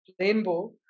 rainbow